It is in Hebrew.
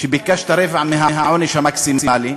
ביקשת רבע מהעונש המקסימלי.